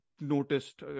noticed